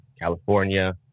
California